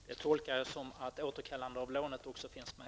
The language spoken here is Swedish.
Fru talman! Det tolkar jag som att återkallande av lånet också finns med.